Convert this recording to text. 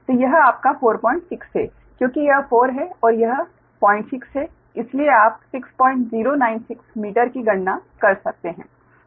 तो यह आपका 46 है क्योंकि यह 4 है और यह 06 है इसलिए आप 6096 मीटर की गणना कर सकते हैं